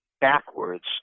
backwards